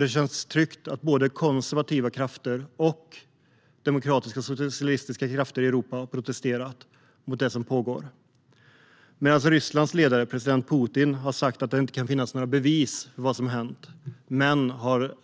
Det känns tryggt att både konservativa krafter och demokratiska socialistiska krafter i Europa har protesterat mot det som pågår. Rysslands ledare Putin har sagt att det inte finns några bevis för att det har hänt, men har